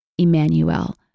Emmanuel